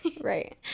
right